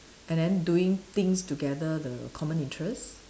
and then doing things together the common interest